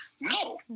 no